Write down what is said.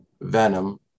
Venom